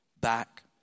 back